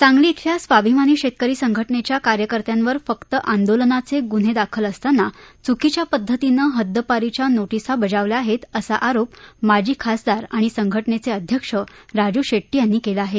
सांगली इथल्या स्वाभिमानी शेतकरी संघटनेच्या कार्यकर्त्यांवर फक्त आंदोलनाचे गुन्हे दाखल असताना चुकीच्या पद्धतीनं हद्दपारीच्या नोटीसा बजावल्या आहेत असा आरोप माजी खासदार आणि संघटनेचे अध्यक्ष राजू शेट्टी यांनी केला आहे